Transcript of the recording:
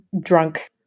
drunk-